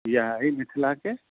इएह अइ मिथिलाके